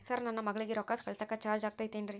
Sir ನನ್ನ ಮಗಳಗಿ ರೊಕ್ಕ ಕಳಿಸಾಕ್ ಚಾರ್ಜ್ ಆಗತೈತೇನ್ರಿ?